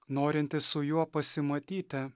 norintys su juo pasimatyti